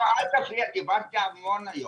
לא, אל תפריע, דיברת המון היום.